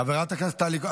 חברת הכנסת טלי גוטליב.